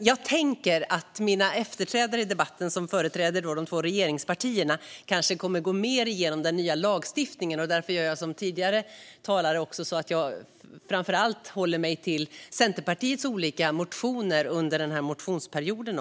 Jag tänker att de som kommer efter mig i debatten och som företräder de två regeringspartierna kanske går igenom den nya lagstiftningen mer, och därför håller jag mig framför allt till Centerpartiets olika motioner från allmänna motionstiden.